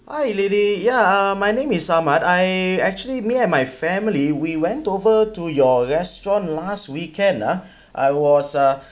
hi lily ya uh my name is Ahmad I actually me and my family we went over to your restaurant last weekend ah I was uh